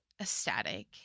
ecstatic